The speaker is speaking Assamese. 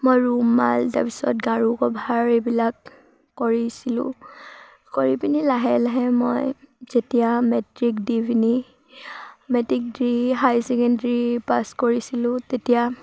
মই ৰুমাল তাৰপিছত গাৰু কভাৰ এইবিলাক কৰিছিলোঁ কৰি পিনি লাহে লাহে মই যেতিয়া মেট্ৰিক দি পিনি মেট্ৰিক দি হাই ছেকেণ্ডৰী পাছ কৰিছিলোঁ তেতিয়া